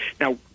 now